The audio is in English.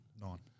Nine